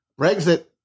Brexit